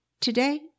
Today